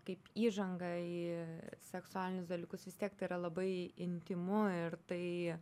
kaip įžanga į seksualinius dalykus vis tai yra labai intymu ir tai